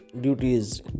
duties